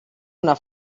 una